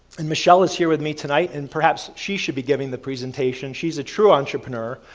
and michelle is here with me tonight and perhaps she should be giving the presentation. she's a true entrepreneur,